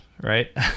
right